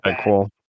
cool